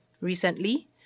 Recently